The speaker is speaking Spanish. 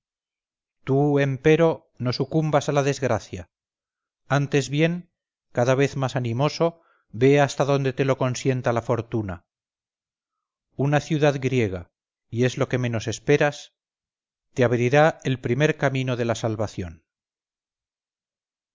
tú empero no sucumbas a la desgracia antes bien cada vez más animoso ve hasta donde te lo consienta la fortuna una ciudad griega y es lo que menos esperas te abrirá el primer camino de la salvación